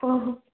ଓହୋ